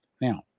Now